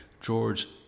George